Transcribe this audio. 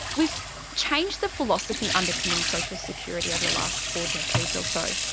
we've changed the philosophy underpinning social security over the last four decades also.